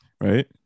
right